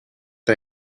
the